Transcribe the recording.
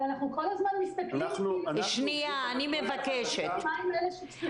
אבל אנחנו כל הזמן מסתכלים --- מה עם אלה ---?